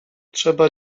trzeba